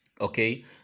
Okay